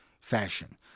fashion